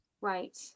Right